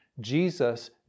Jesus